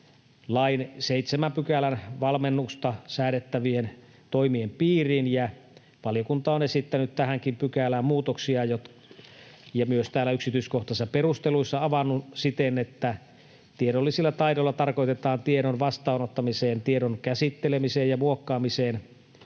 lain 7 §:n valmennuksesta säädettävien toimien piiriin. Valiokunta on esittänyt tähänkin pykälämuutoksia ja myös täällä yksityiskohtaisissa perusteluissa avannut siten, että tiedollisilla taidoilla tarkoitetaan tiedon vastaanottamiseen, tiedon käsittelemiseen ja muokkaamiseen